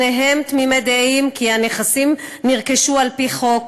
שניהם תמימי דעים כי הנכסים נרכשו על-פי חוק,